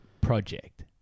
project